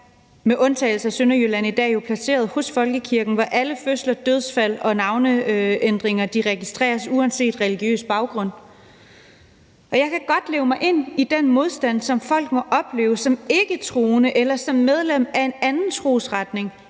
med undtagelse af Sønderjylland i dag placeret hos folkekirken, hvor alle fødsler, dødsfald og navneændringer registreres uanset folks religiøse baggrund. Jeg kan godt leve mig ind i den modstand, som folk må føle som ikketroende eller som medlem af en anden trosretning,